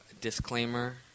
disclaimer